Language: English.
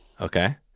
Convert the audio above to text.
Okay